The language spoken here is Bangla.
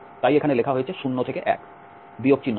তাই এখানে লেখা হয়েছে 0 থেকে 1 বিয়োগ চিহ্ন সহ